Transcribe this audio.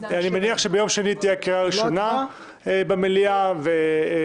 אני מניח שביום שני תהיה קריאה ראשונה במליאה וההכנה